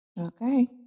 Okay